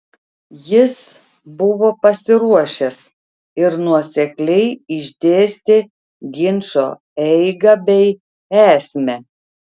jis buvo pasiruošęs ir nuosekliai išdėstė ginčo eigą bei esmę